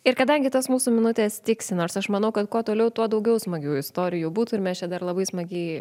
ir kadangi tos mūsų minutės tiksi nors aš manau kad kuo toliau tuo daugiau smagių istorijų būtų ir mes čia dar labai smagiai